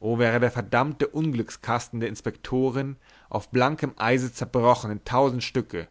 o wäre der verdammte unglückskasten der inspektorin auf blankem eise zerbrochen in tausend stücke